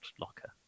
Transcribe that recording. locker